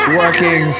working